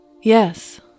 Yes